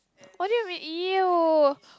what do you mean !ew!